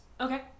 Okay